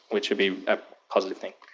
which will be a positive thing.